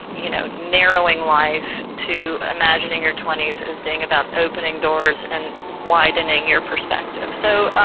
you know, narrowing life to imagining your twenty s is being about opening doors and widening your perspective so,